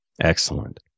Excellent